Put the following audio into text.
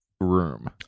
room